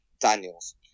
Daniel's